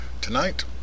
Tonight